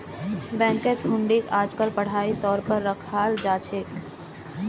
बैंकत हुंडीक आजकल पढ़ाई तौर पर रखाल जा छे